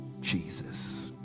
Jesus